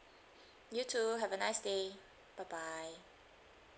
you too have a nice day bye bye